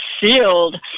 sealed